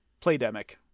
Playdemic